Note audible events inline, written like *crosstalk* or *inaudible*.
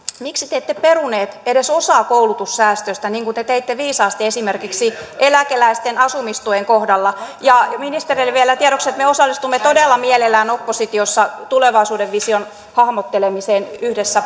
miksi te ette peruneet edes osaa koulutussäästöistä niin kuin te teitte viisaasti esimerkiksi eläkeläisten asumistuen kohdalla ja ministereille vielä tiedoksi että me osallistumme todella mielellämme oppositiossa tulevaisuuden vision hahmottelemiseen yhdessä *unintelligible*